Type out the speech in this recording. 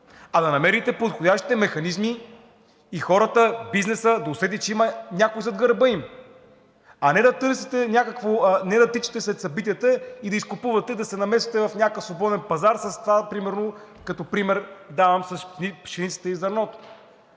а да намерите подходящите механизми и хората, бизнесът да усетят, че има някой зад гърба им, а не да тичате след събитията и да изкупувате, да се намесвате в някакъв свободен пазар с това примерно – като пример давам с пшеницата и зърното.